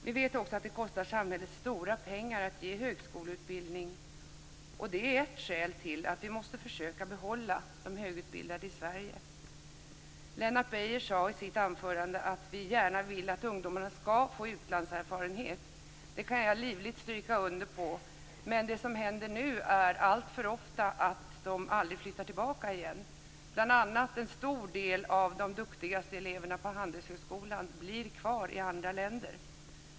Vi vet också att det kostar samhället stora pengar att ge högskoleutbildning, och det är ett skäl till att vi måste försöka behålla de högutbildade i Lennart Beijer sade i sitt anförande att vi gärna vill att ungdomarna skall få utlandserfarenhet. Det kan jag livligt stryka under. Men det som händer nu är att de alltför ofta aldrig flyttar tillbaka igen. Bl.a. en stor del av de duktigaste eleverna på Handelshögskolan blir kvar i andra länder.